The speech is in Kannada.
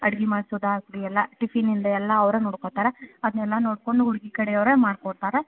ಅಡ್ಗೆ ಮಾಡಿಸೊದಾಗ್ಲಿ ಎಲ್ಲ ಟಿಫಿನಿಂದ ಎಲ್ಲ ಅವರೆ ನೋಡ್ಕೋತಾರೆ ಅದನ್ನೆಲ್ಲ ನೋಡ್ಕೊಂಡು ಹುಡುಗಿ ಕಡೆಯವರೆ ಮಾಡ್ಕೊಡ್ತಾರೆ